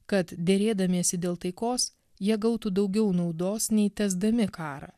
kad derėdamiesi dėl taikos jie gautų daugiau naudos nei tęsdami karą